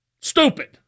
Stupid